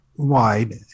wide